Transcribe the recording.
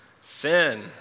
Sin